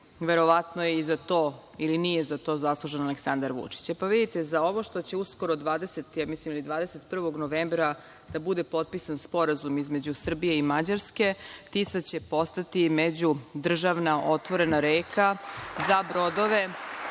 verovatno je i za to ili nije za to zaslužan Aleksandar Vučić. Pa vidite, za ovo što će uskoro, mislim 21. novembra da bude potpisan sporazum između Srbije i Mađarske, Tisa će postati međudržavna otvorena reka za brodove